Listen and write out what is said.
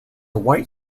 white